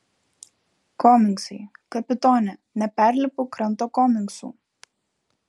komingsai kapitone neperlipu kranto komingsų